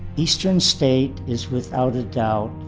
eastern state is, without a doubt,